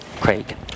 Craig